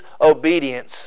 obedience